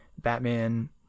batman